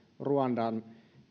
ruandan